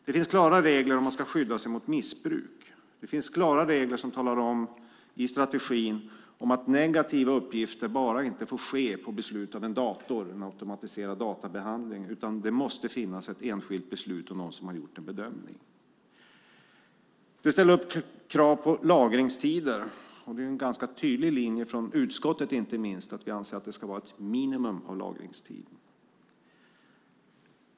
Det finns klara regler om att skydda sig mot missbruk. Det finns i strategin klara regler som talar om att negativa uppgifter bara inte får ske på beslut av en dator, en automatiserad databehandling, utan det måste finnas ett enskilt beslut av någon som gjort en bedömning. Det ställer krav på lagringstider, och det är en ganska tydlig linje inte minst från utskottet att vi anser att det ska vara ett minimum av lagringstid.